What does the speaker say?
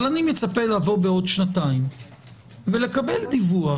אבל אני מצפה לבוא בעוד שנתיים ולקבל דיווח